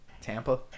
Tampa